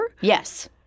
yes